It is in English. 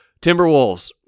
Timberwolves